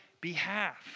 behalf